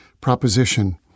proposition